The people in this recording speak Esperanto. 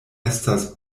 estas